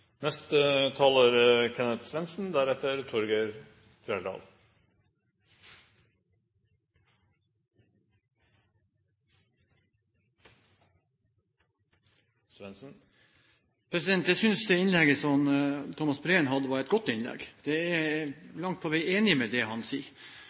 Jeg synes det innlegget som Thomas Breen hadde, var et godt innlegg. Jeg er langt på vei enig i det han sier. Det er